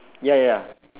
ya ya ya